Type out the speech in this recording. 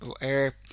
air